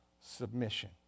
submission